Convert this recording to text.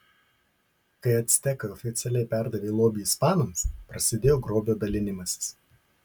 kai actekai oficialiai perdavė lobį ispanams prasidėjo grobio dalinimasis